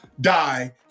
die